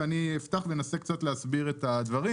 ואני אפתח ואנסה קצת להסביר את הדברים.